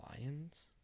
Lions